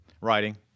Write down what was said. Writing